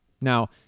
Now